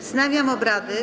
Wznawiam obrady.